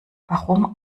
warum